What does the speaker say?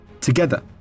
Together